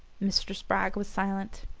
mr. spragg was silent.